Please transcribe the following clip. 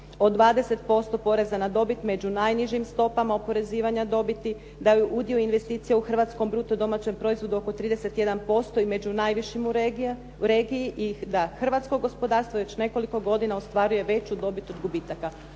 od 20% poreza na dobit među najnižim stopama oporezivanja dobiti, da je udio investicija u hrvatskom bruto domaćem proizvodu oko 31% i među najvišim u regiji i da hrvatsko gospodarstvo već nekoliko godina ostvaruje veću dobit od gubitaka.